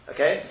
Okay